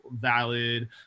valid